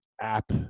app